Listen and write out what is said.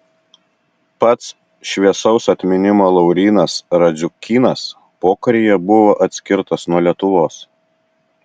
pats šviesaus atminimo laurynas radziukynas pokaryje buvo atskirtas nuo lietuvos